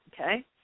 okay